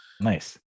Nice